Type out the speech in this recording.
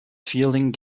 fielding